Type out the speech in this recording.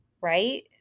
right